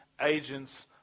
agents